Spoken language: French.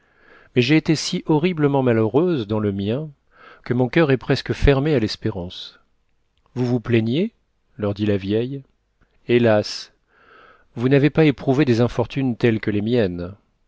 mais j'ai été si horriblement malheureuse dans le mien que mon coeur est presque fermé à l'espérance vous vous plaignez leur dit la vieille hélas vous n'avez pas éprouvé des infortunes telles que les miennes